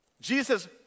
Jesus